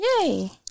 Yay